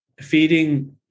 feeding